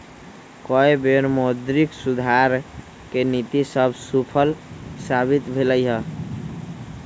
कय बेर मौद्रिक सुधार के नीति सभ सूफल साबित भेलइ हन